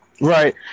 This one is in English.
Right